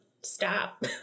stop